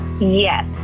Yes